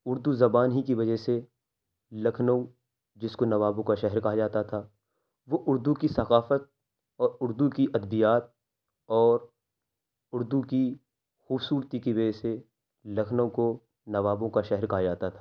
اردو زبان ہی كی وجہ سے لكھنؤ جس كو نوابوں كا شہر کہا جاتا تھا وہ اردو كی ثقافت اور اردو كی ادبیات اور اردو كی خوبصورتی كی وجہ سے لكھنؤ كو نوابوں كا شہر كہا جاتا تھا